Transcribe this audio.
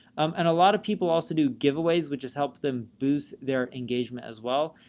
and a lot of people also do giveaways, which has helped them boost their engagement as well.